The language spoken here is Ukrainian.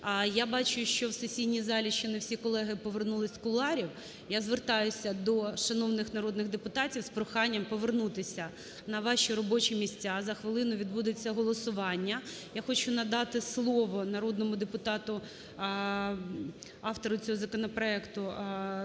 Я бачу, що в сесійній залі ще не всі колеги повернулися з кулуарів. Я звертаюся до шановних народних депутатів з проханням повернутися на ваші робочі місця, за хвилину відбудеться голосування. Я хочу надати слово народному депутату, автору цього законопроекту